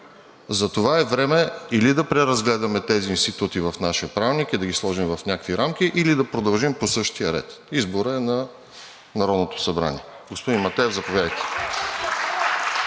Затова е време или да преразгледаме тези институти в нашия Правилник и да ги сложим в някакви рамки, или да продължим по същия ред. Изборът е на Народното събрание. (Ръкопляскания от